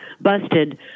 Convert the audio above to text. busted